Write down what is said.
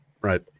Right